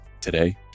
Today